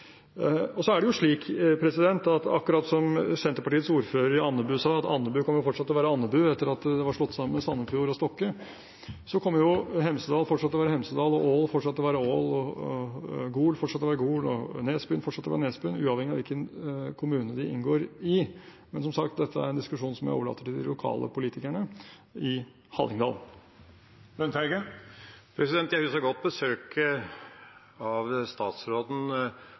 som ordføreren fra Senterpartiet sa at Andebu fortsatt kommer til å være Andebu etter at de er slått sammen med Sandefjord og Stokke, kommer Hemsedal fortsatt til å være Hemsedal, Ål fortsatt til å være Ål, Gol fortsatt til å være Gol og Nesbyen fortsatt til å være Nesbyen – uavhengig av hvilken kommune de inngår i. Men som sagt: Dette er en diskusjon som jeg overlater til de lokale politikerne i Hallingdal. Jeg husker godt besøket av statsråden